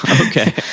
Okay